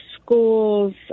schools